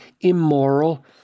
immoral